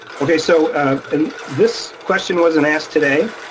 okay, so and this question wasn't asked today,